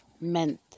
meant